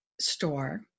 store